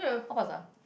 what pasta